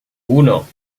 uno